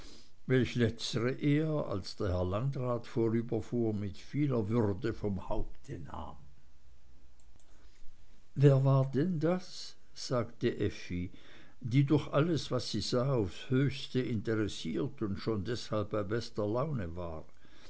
welch letztere er als der herr landrat vorüberfuhr mit vieler würde vom haupte nahm wer war denn das sagte effi die durch alles was sie sah aufs höchste interessiert und schon deshalb bei bester laune war